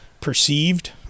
perceived